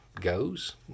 goes